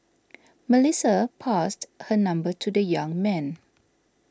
Melissa passed her number to the young man